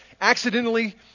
accidentally